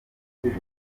ariko